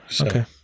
Okay